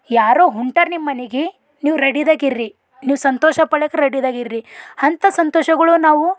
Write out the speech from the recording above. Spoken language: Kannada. ಯಾರೋ ಹೊಂಟಾರ ನಿಮ್ಮ ಮನಿಗೆ ನೀವು ರೆಡಿದಾಗ ಇರ್ರಿ ನೀವು ಸಂತೋಷಪಡಕ್ಕೆ ರೆಡಿದಾಗ ಇರ್ರಿ ಅಂಥ ಸಂತೋಷಗಳು ನಾವು